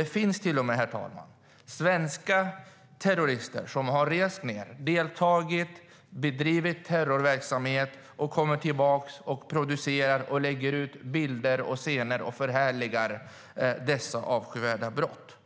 Det finns till och med, herr talman, svenska terrorister som rest till Irak och Syrien, deltagit i och bedrivit terrorverksamhet och därefter kommit tillbaka, producerat, lagt ut bilder och förhärligat dessa avskyvärda brott.